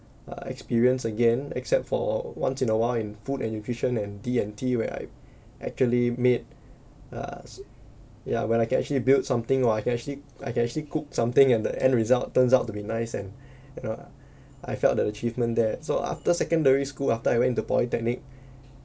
uh experience again except for once in awhile in food and nutrition and D and T where I actually made uh ya when I can actually build something or I can actually I can actually cook something and the end result turns out to be nice and you know I felt that achievement there so after secondary school after I went to polytechnic